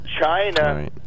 China